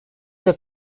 der